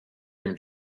him